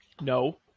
No